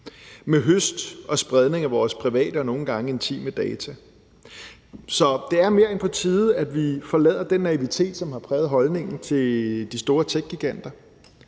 med høst og spredning af vores private og nogle gange intime data. Så det er mere end på tide, at vi forlader den naivitet, som har præget holdningen til de store techgiganter.